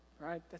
right